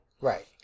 Right